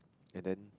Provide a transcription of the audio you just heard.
and then